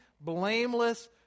blameless